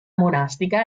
monastica